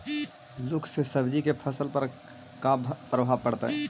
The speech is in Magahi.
लुक से सब्जी के फसल पर का परभाव पड़तै?